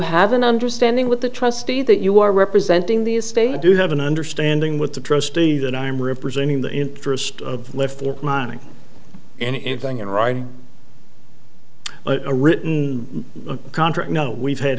have an understanding with the trustee that you are representing the estate i do have an understanding with the trustee that i'm representing the interest of lift for mining anything in writing a written contract no we've had